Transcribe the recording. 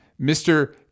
mr